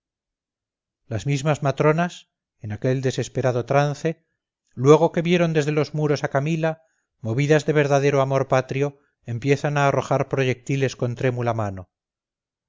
las mismas matronas en aquel desesperado trance luego que vieron desde los muros a camila movidas de verdadero amor patrio empiezan a arrojar proyectiles con trémula mano